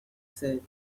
said